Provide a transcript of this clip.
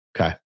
Okay